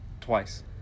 Twice